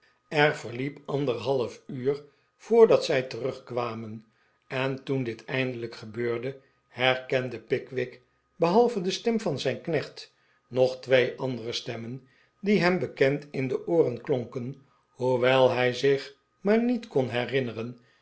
er verliep anderhalf uur voordat zij terugkwamen en toen dit eindelijk gebeurde herkende pickwick behalve de stem van zijn knecht nog twee andere stemmen die hem bekend in de ooren klonken hoewel hij zich maar niet kon herinneren